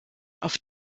auf